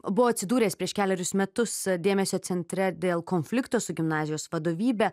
buvo atsidūręs prieš kelerius metus dėmesio centre dėl konflikto su gimnazijos vadovybe